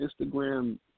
Instagram